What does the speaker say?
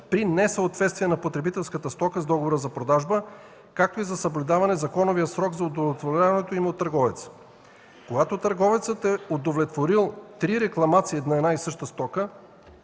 при несъответствие на потребителската стока с договора за продажба, както и за съблюдаване законовия срок за удовлетворяването им от търговеца. Когато търговецът е удовлетворил три рекламации на една и съща стока,